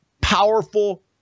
powerful